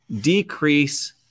decrease